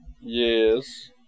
Yes